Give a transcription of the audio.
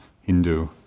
Hindu